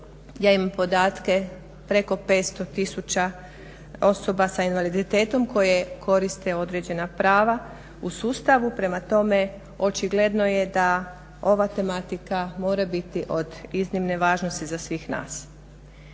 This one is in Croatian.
Ja imam podatke preko 500 tisuća osoba s invaliditetom koje koriste određena prava u sustavu. Prema tome očigledno je ova tematika mora biti od iznimne važnosti za svih nas.